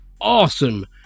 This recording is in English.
awesome